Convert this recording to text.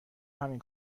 همین